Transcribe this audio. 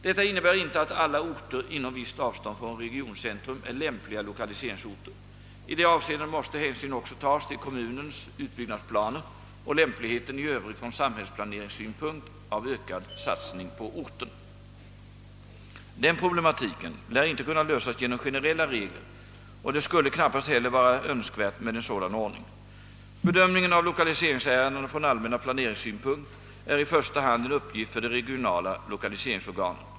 Detta innebär inte att alla orter inom visst avstånd från regioncentrum är lämpliga lokaliseringsorter. I det avseendet måste hänsyn också tas till kommunens utbyggnadsplaner och lämpligheten i övrigt från samhällsplaneringssynpunkt av ökad satsning på orten. Den problematiken lär inte kunna lösas genom generella regler och det skulle knappast heller vara önskvärt med en sådan ordning. Bedömningen av lokaliseringsärendena från allmän planeringssynpunkt är i första hand en uppgift för de regionala lokaliseringsorganen.